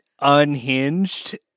Unhinged